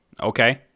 okay